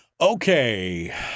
Okay